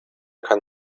kann